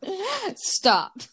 Stop